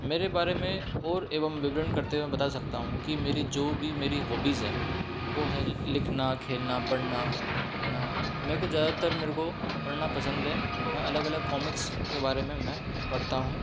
मेरे बारे में और एवं विवरण करते हुए मैं बता सकता हूँ कि मेरी जो भी मेरी हॉबीज़ हैं वो है लिखना खेलना पढ़ना है न मेरे को ज़्यादातर मेरे को पढ़ना पसंद है मैं अलग अलग कॉमिक्स के बारे में मैं पढ़ता हूँ